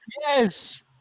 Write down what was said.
Yes